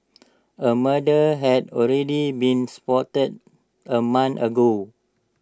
A murder had already been spotted A month ago